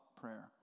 prayer